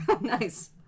Nice